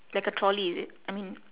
like a trolley is it I mean